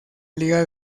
liga